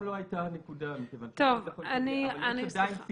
לא הייתה הנקודה מכיוון --- אבל יש עדיין סיכונים.